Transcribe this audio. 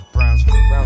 Brownsville